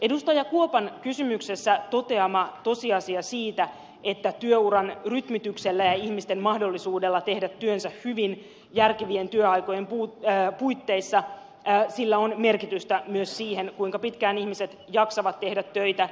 kuopan kysymyksessä toteamalla tosiasialla että työuran rytmityksellä ja ihmisten mahdollisuudella tehdä työnsä hyvin järkevien työaikojen puitteissa on merkitystä myös siihen kuinka pitkään ihmiset jaksavat tehdä töitä